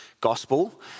gospel